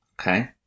Okay